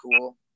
cool